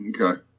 Okay